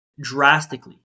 drastically